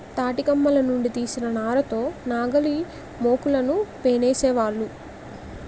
తాటికమ్మల నుంచి తీసిన నార తో నాగలిమోకులను పేనేవాళ్ళు